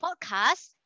podcast